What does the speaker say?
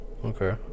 okay